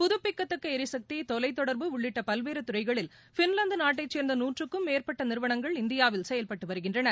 புதுப்பிக்கத்தக்க ளிசக்தி தொலைத்தொடா்பு உள்ளிட்ட பல்வேறு துறைகளில் பின்வாந்து நாட்டைச் சேர்ந்த நூற்றுக்கும் மேற்பட்ட நிறுவனங்கள் இந்தியாவில் செயல்பட்டு வருகின்றன